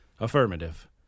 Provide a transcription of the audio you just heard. Affirmative